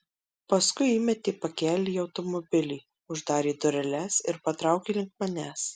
paskui įmetė pakelį į automobilį uždarė dureles ir patraukė link manęs